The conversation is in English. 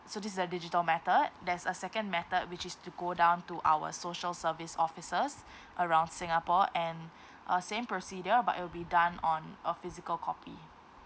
so this is the digital method there's a second method which is to go down to our social service offices around singapore and uh same procedure but it'll be done on a physical copy